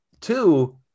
two